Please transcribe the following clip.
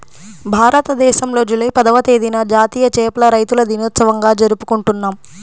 భారతదేశంలో జూలై పదవ తేదీన జాతీయ చేపల రైతుల దినోత్సవంగా జరుపుకుంటున్నాం